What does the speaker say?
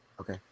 Okay